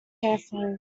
carefully